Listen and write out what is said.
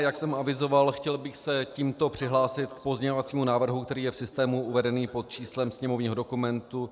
Jak jsem avizoval, chtěl bych se tímto přihlásit k pozměňovacímu návrhu, který je v systému uvedený pod číslem sněmovního dokumentu 4122.